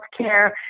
healthcare